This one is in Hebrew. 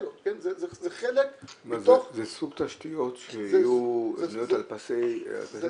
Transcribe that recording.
אבל חובת הפריסה על פי הרישיון היא מוגדרת ברישיון הזה,